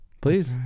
please